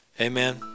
Amen